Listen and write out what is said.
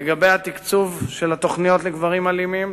לגבי תקצוב התוכניות לגברים אלימים,